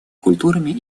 культурами